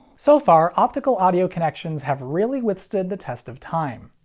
so far, optical audio connections have really withstood the test of time.